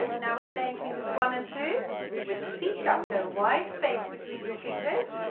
now we're playing fingers one and two with a c sharp, so a wide space between your fingers